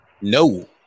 No